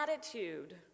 attitude